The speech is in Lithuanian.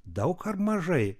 daug ar mažai